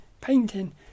painting